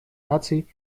наций